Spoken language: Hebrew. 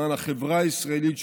למען החברה הישראלית,